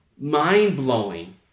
mind-blowing